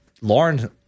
Lauren